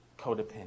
Codependent